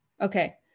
okay